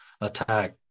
attack